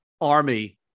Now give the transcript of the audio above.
Army